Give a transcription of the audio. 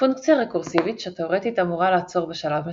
פונקציה רקורסיבית שתאורטית אמורה לעצור בשלב מסוים,